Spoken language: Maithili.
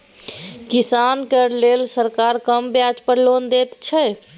किसान केर लेल सरकार कम ब्याज पर लोन दैत छै